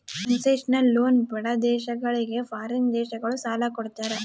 concessional loan ಬಡ ದೇಶಗಳಿಗೆ foreign ದೇಶಗಳು ಸಾಲ ಕೊಡ್ತಾರ